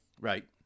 right